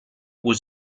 was